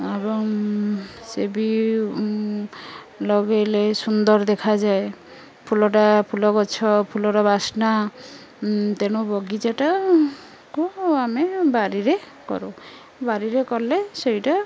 ଏବଂ ସେ ବି ଲଗେଇଲେ ସୁନ୍ଦର ଦେଖାଯାଏ ଫୁଲଟା ଫୁଲ ଗଛ ଫୁଲର ବାସ୍ନା ତେଣୁ ବଗିଚାଟାକୁ ଆମେ ବାରରେ କରୁ ବାରିରେ କଲେ ସେଇଟା